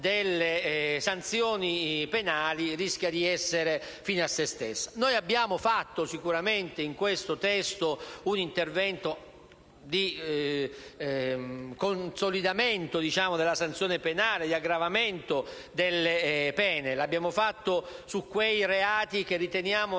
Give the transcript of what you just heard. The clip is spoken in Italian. abbiamo sicuramente fatto un intervento di consolidamento della sanzione penale e di aggravamento delle pene. E l'abbiamo fatto su quei reati che riteniamo essere